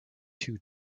two